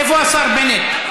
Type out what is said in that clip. איפה השר בנט?